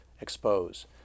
expose